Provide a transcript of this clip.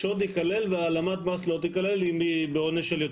שוד ייכלל והעלמת מס לא תיכלל, נכון?